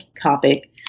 topic